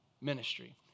ministry